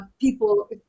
People